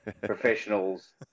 professionals